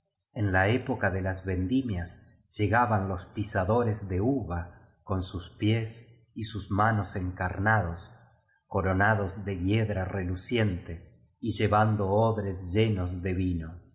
en la época de las vendimias llegaban los pisadores de uva con sus pies y sus manos encarnados coronados de hiedra reluciente y llevando odres llenos de vino y